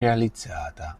realizzata